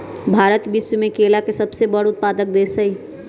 भारत विश्व में केला के सबसे बड़ उत्पादक देश हई